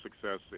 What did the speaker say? success